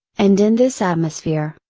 and in this atmosphere,